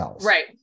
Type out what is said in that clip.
right